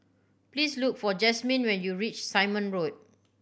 please look for Jasmyne when you reach Simon Road